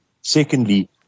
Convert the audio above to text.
secondly